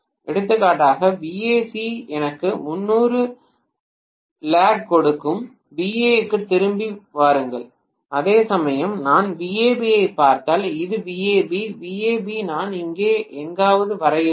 எடுத்துக்காட்டாக VAC எனக்கு 300 லேக் கொடுக்கும் VA க்கு திரும்பி வாருங்கள் அதேசமயம் நான் VAB ஐப் பார்த்தால் இது VAB VAB நான் இங்கே எங்காவது வரைய வேண்டும்